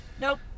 nope